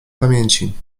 pamięci